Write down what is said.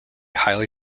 highly